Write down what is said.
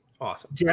awesome